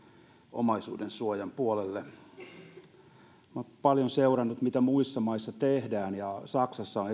omaisuudensuojan puolelle olen paljon seurannut mitä muissa maissa tehdään esimerkiksi saksassa on